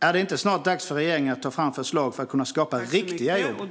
Är det inte snart dags för regeringen att ta fram förslag för att kunna skapa riktiga jobb?